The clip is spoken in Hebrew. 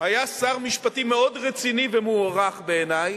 היה שר משפטים מאוד רציני ומוערך בעיני,